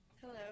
Hello